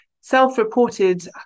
self-reported